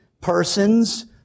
persons